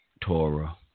Torah